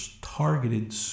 targeted